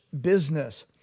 business